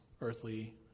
earthly